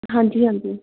ਹਾਂਜੀ ਹਾਂਜੀ